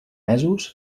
mesos